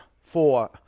four